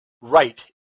right